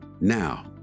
now